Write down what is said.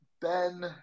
Ben